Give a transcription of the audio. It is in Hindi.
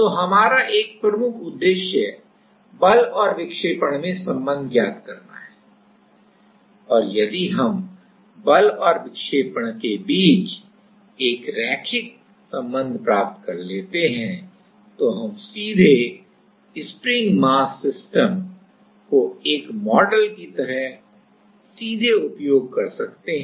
तो हमारा एक प्रमुख उद्देश्य बल और विक्षेपण में संबंध ज्ञात करना है और यदि हम बल और विक्षेपण के बीच एक रैखिक संबंध प्राप्त कर लेते हैं तो हम सीधे स्प्रिंग मास सिस्टम को एक मॉडल की तरह सीधे उपयोग कर सकते हैं